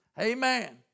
amen